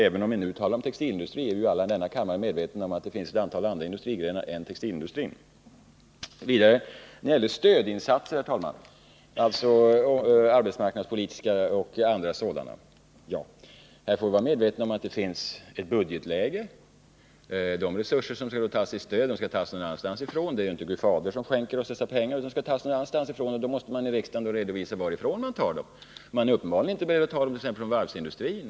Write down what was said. Även om vi nu talar om textilindustrin, så är alla i denna kammare medvetna om att det finns ett antal industrigrenar som också har problem. Herr talman! När det sedan gäller arbetsmarknadspolitiska och andra stödåtgärder måste vi ta hänsyn till budgetläget. De resurser som krävs för att gå in med ett stöd måste vi ta någonstans ifrån — Gud Fader skänker ju inte dessa pengar. Man måste också kunna redovisa för riksdagen varifrån pengarna skall tas. Uppenbarligen är man inte beredd att ta dem från varvsindustrin.